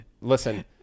listen